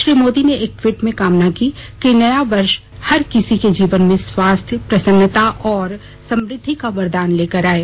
श्री मोदी ने एक ट्वीट में कामना की कि नया वर्ष हर किसी के जीवन में स्वास्थ्य प्रसन्नता और समृद्धि का वरदान लाये